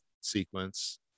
sequence